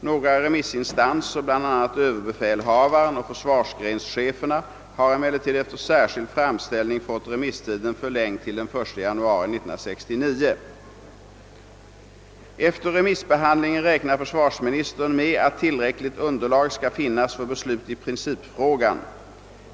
Några remissinstanser, bl.a. överbefälhavaren och försvarsgrenscheferna, har emellertid efter särskild framställning fått remisstiden förlängd till 1 januari 1969. Efter remissbehandlingen räknar försvarsministern med att tillräckligt underlag skall finnas för beslut i principfrågan.